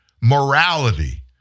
morality